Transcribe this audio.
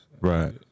Right